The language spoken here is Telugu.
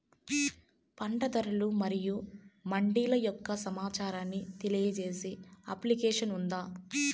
పంట ధరలు మరియు మండీల యొక్క సమాచారాన్ని తెలియజేసే అప్లికేషన్ ఉందా?